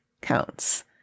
counts